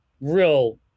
real